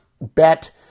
bet